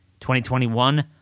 2021